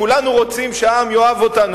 כולנו רוצים שהעם יאהב אותנו.